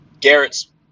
Garrett's